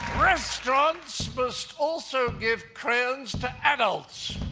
restaurants must also give crayons to adults.